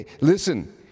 listen